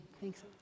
thanks